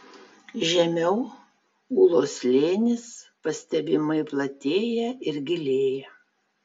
žemiau ūlos slėnis pastebimai platėja ir gilėja